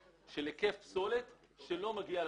היקף פסולת שלא מגיע לאתרים.